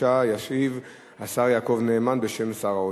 ישיב השר יעקב נאמן בשם שר האוצר.